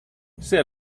ser